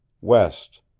west,